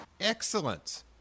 Excellent